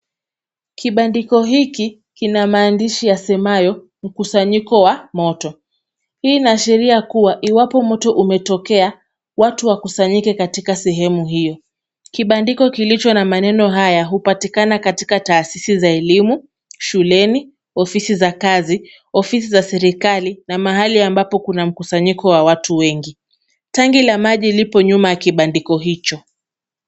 Kibandiko hiki kina maandishi yasemayo, mkusanyiko wa moto. Hii inaashiria kuwa, iwapo moto umetokea, watu wakusanyike katika sehemu hiyo. Kibandiko kilicho na maneno haya hupatikana katika taasisi za elimu, shuleni, ofisi za kazi, ofisi za serikali na mahali ambapo kuna mkusanyiko wa watu wengi. Tanki la maji lipo nyuma ya kibandiko hicho.